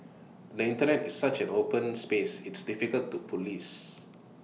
the Internet is such an open space it's difficult to Police